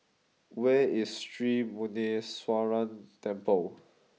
where is Sri Muneeswaran Temple